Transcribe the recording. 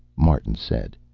martin said.